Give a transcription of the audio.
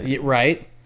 right